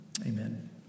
Amen